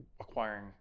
acquiring